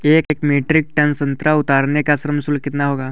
एक metric ton संतरा उतारने का श्रम शुल्क कितना होगा?